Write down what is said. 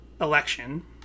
election